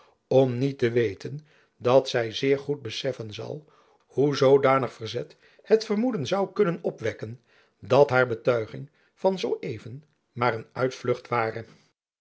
om niet te weten dat zy zeer goed beseffen zal hoe zoodanig verzet het vermoeden zoû kunnen opwekken dat haar betuiging van zoo even maar een uitvlucht ware